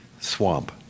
swamp